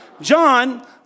John